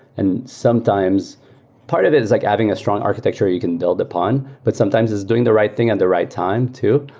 and sometimes part of it is like having a strong architecture you can build upon, but sometimes it's doing the right thing at the right time too.